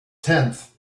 tenth